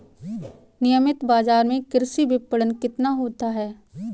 नियमित बाज़ार में कृषि विपणन कितना होता है?